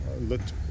looked